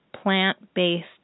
plant-based